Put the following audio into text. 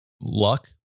luck